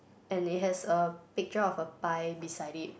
and it has a picture of a pie beside it